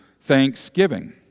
Thanksgiving